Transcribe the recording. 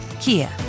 Kia